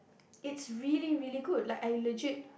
it's really really good like I legit